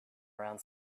around